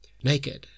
naked